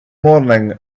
morning